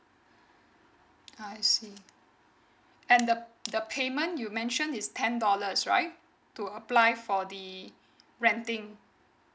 I see and the the payment you mention is ten dollars right to apply for the renting